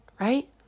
right